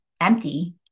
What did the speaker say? empty